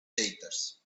tatters